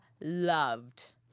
loved